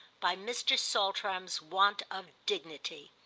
by mr. saltram's want of dignity.